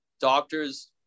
doctors